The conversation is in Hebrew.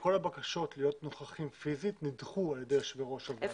שכל הבקשות להיות נוכחים פיזית נדחו על ידי יושבי ראש הוועדות.